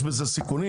יש בזה סיכונים?